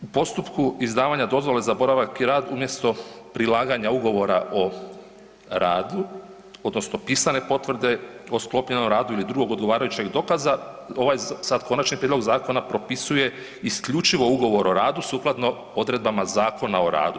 U postupku izdavanja dozvole za boravak i rad umjesto prilaganja Ugovora o radu odnosno pisane potvrde o sklopljenom radu ili drugog odgovarajućeg dokaza ovaj sad konačni prijedlog zakona propisuje isključivo Ugovor o radu sukladno odredbama Zakona o radu.